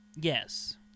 Yes